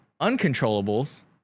uncontrollables